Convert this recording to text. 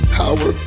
power